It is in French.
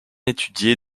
étudié